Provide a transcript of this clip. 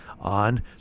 on